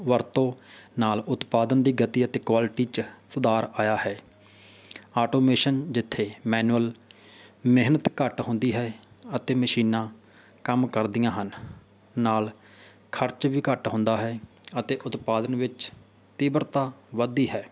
ਵਰਤੋਂ ਨਾਲ ਉਤਪਾਦਨ ਦੀ ਗਤੀ ਅਤੇ ਕੁਆਲਿਟੀ 'ਚ ਸੁਧਾਰ ਆਇਆ ਹੈ ਆਟੋਮੇਸ਼ਨ ਜਿੱਥੇ ਮੈਨੂਅਲ ਮਿਹਨਤ ਘੱਟ ਹੁੰਦੀ ਹੈ ਅਤੇ ਮਸ਼ੀਨਾਂ ਕੰਮ ਕਰਦੀਆਂ ਹਨ ਨਾਲ ਖਰਚ ਵੀ ਘੱਟ ਹੁੰਦਾ ਹੈ ਅਤੇ ਉਤਪਾਦਨ ਵਿੱਚ ਤੀਬਰਤਾ ਵੱਧਦੀ ਹੈ